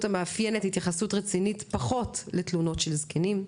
המאפיינת התייחסות רצינית פחות לתלונות של זקנים,